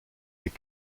est